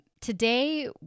Today